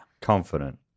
Confident